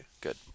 Good